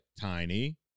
tiny